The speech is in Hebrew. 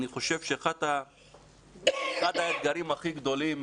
אני חושב שאחד האתגרים הכי גדולים,